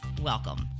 welcome